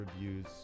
reviews